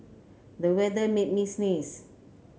the weather made me sneeze